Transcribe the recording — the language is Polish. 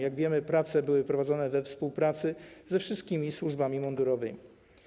Jak wiemy, prace były prowadzone we współpracy ze wszystkimi służbami mundurowymi.